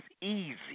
easy